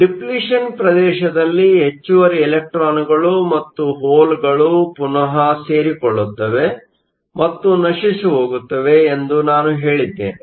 depletion ಪ್ರದೇಶದಲ್ಲಿ ಹೆಚ್ಚುವರಿ ಇಲೆಕ್ಟ್ರಾನ್Electronಗಳು ಮತ್ತು ಹೋಲ್ಗಳು ಪುನಃ ಸೇರಿಕೊಳ್ಳುತ್ತವೆ ಮತ್ತು ನಶಿಸಿಹೋಗುತ್ತವೆ ಎಂದು ನಾನು ಹೇಳಿದ್ದೆನೆ